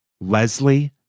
Leslie